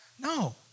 No